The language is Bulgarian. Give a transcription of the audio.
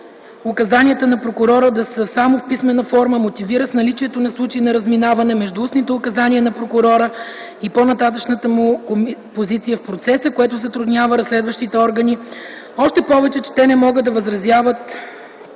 указанията на прокурора да са само в писмена форма мотивира с наличието на случаи на разминаване между устните указания на прокурора и по-нататъшната му позиция в процеса, което затруднява разследващите органи, още повече че те не могат да възразяват